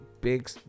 big